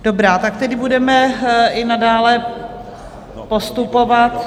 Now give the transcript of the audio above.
Dobrá, tak tedy budeme i nadále postupovat...